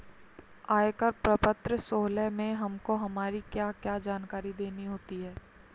आयकर प्रपत्र सोलह में हमको हमारी क्या क्या जानकारी देनी होती है?